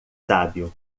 sábio